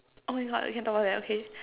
oh my God we can talk about that okay